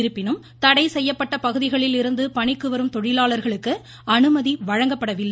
இருப்பினும் தடை செய்யப்பட்ட பகுதிகளில் இருந்து பணிக்கு வரும் தொழிலாளர்களுக்கு அனுமதி வழங்கப்படவில்லை